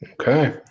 Okay